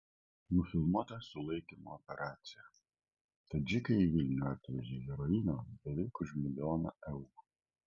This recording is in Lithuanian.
nufilmuota sulaikymo operacija tadžikai į vilnių atvežė heroino beveik už milijoną eurų